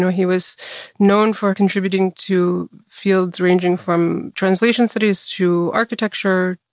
he was known for contributing to fields, ranging from translation studies, to architecture,